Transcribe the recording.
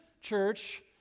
church